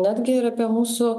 netgi ir apie mūsų